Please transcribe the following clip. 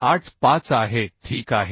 85 आहे ठीक आहे